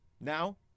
Now